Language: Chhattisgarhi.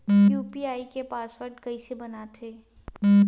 यू.पी.आई के पासवर्ड कइसे बनाथे?